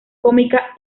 cómica